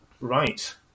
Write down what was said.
Right